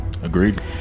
Agreed